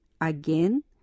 Again